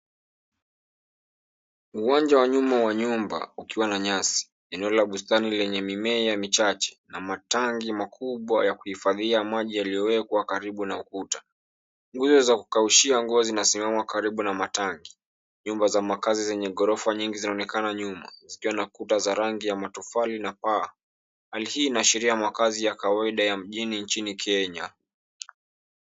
Uwanja wa nyuma wa nyumba ukiwa na nyasi. Eneo la bustani lenye mimea michache na matangi makubwa ya kuhifadhia maji yaliyowekwa karibu na ukuta. Nguzo za kukaushia nguo zinasimama karibu na matangi. Nyumba za makazi zenye ghorofa nyingi zinaonekana nyuma zikiwa na kuta za rangi ya matofali na paa. Hali hii inaashiria makazi ya kawaida ya mjini nchini Kenya.